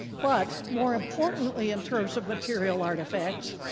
but more importantly, in terms of material artifacts,